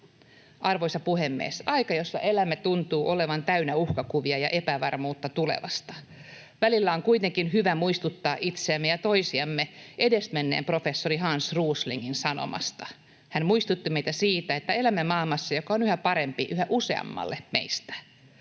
Arvoisa puhemies! Aika, jossa elämme, tuntuu olevan täynnä uhkakuvia ja epävarmuutta tulevasta. Välillä on kuitenkin hyvä muistuttaa itseämme ja toisiamme edesmenneen professori Hans Roslingin sanomasta. Hän muistutti meitä siitä, että elämme maailmassa, joka on yhä parempi yhä useammalle meistä.